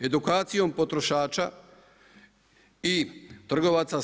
Edukacijom potrošača i trgovaca